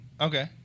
Okay